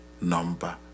number